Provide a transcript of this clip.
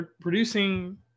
producing